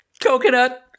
Coconut